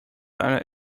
einer